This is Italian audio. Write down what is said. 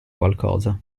qualcosa